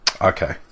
Okay